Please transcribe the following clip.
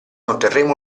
otterremo